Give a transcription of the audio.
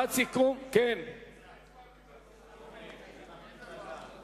אני הצבעתי בטעות לא במקומי.